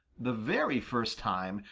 the very first time,